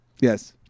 Yes